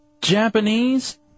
Japanese